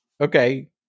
Okay